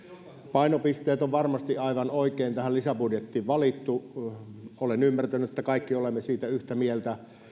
painopisteet tähän lisäbudjettiin on varmasti aivan oikein valittu ja olen ymmärtänyt että me kaikki olemme siitä yhtä mieltä